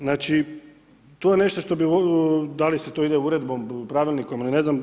Znači, to je nešto što bi, da li se to ide Uredbom, Pravilnikom ili ne znam.